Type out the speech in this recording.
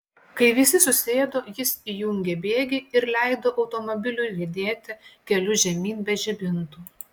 kai visi susėdo jis įjungė bėgį ir leido automobiliui riedėti keliu žemyn be žibintų